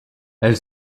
elle